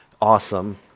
awesome